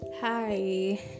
hi